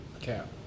Cap